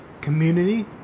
community